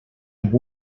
amb